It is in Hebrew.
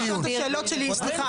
נעה,